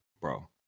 bro